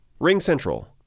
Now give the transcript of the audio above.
RingCentral